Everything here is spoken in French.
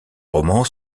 roman